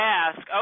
ask